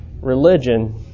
religion